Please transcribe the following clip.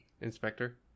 inspector